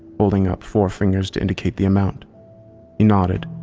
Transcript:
holding up four fingers to indicate the amount. he nodded,